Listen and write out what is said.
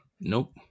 Nope